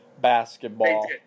basketball